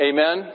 Amen